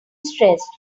stressed